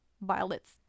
Violet's